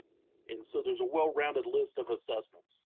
and so there's a well rounded list of assessments.